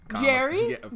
Jerry